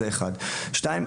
שנית,